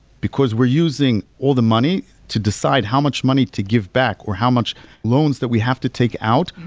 because we're using all the money to decide how much money to give back, or how much loans that we have to take out.